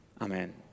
Amen